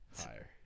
Higher